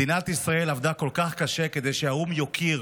מדינת ישראל עבדה כל כך קשה כדי שהאו"ם יוקיר